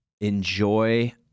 enjoy